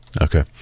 Okay